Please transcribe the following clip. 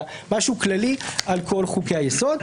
משהו כללי על כל חוקי היסוד.